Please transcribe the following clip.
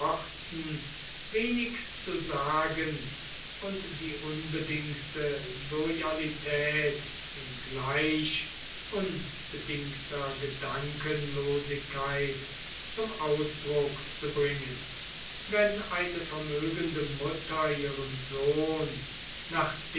wenig zu sagen und die unbedingte loyalität in gleich unbedingter gedankenlosigkeit zum ausdruck zu bringen wenn eine vermögende mutter ihren sohn nachdem